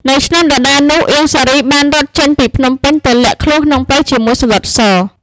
នៅឆ្នាំដដែលនោះ អៀង សារី បានរត់ចេញពីភ្នំពេញ ទៅលាក់ខ្លួនក្នុងព្រៃជាមួយ សាឡុត ស។